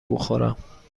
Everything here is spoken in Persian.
بخورم